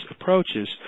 approaches